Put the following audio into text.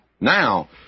Now